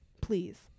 please